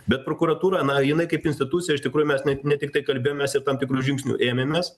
bet prokuratūra na jinai kaip institucija iš tikrųjų mes ne tiktai kalbėjomės ir tam tikrų žingsnių ėmėmės